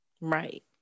Right